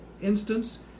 instance